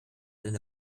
eine